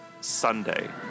Sunday